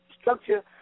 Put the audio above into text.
structure